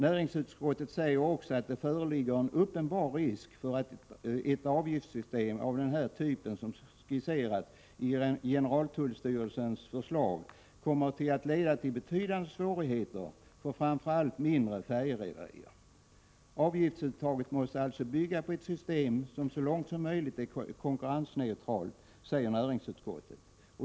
Näringsutskottet säger också att det föreligger en ”uppenbar risk för att ett avgiftssystem av det slag som skisseras i generaltullstyrelsens förslag kommer att leda till betydande svårigheter för framför allt mindre färjerederier”. Avgiftsuttaget måste alltså bygga på ett system som så långt som möjligt är konkurrensneutralt, anser näringsutskottet.